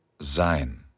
SEIN